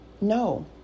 No